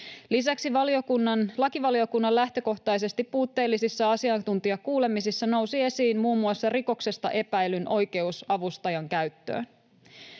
Lisäksi lakivaliokunnan lähtökohtaisesti puutteellisissa asiantuntijakuulemisissa nousi esiin muun muassa rikoksesta epäillyn oikeus avustajan käyttöön.